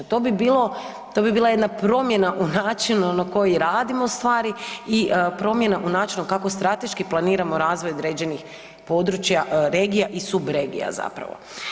To bi bilo, to bi bila jedna promjena u načinu na koji radimo stvari i promjena u načinu kako strateški planiramo razvoj određenih područja, regija i subregija, zapravo.